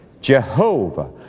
Jehovah